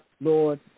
Lord